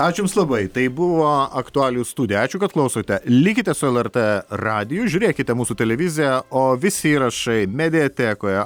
ačiū labai tai buvo aktualijų studija ačiū kad klausote likite su lrt radiju žiūrėkite mūsų televiziją o visi įrašai mediatekoje